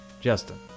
Justin